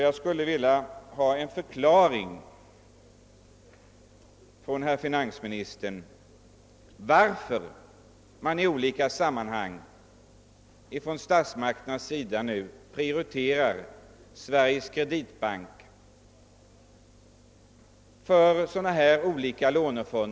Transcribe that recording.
Jag skulle vilja ha en förklaring från finansministern varför statsmakterna i olika sammanhang nu prioriterar Sveriges kreditbank för dylika lånefonder av olika slag.